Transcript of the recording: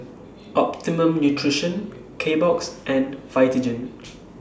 Optimum Nutrition Kbox and Vitagen